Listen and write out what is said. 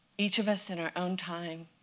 each of us in our own time